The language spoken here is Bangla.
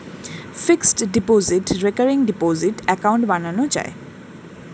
fixed deposit, recurring deposit account বানানো যায়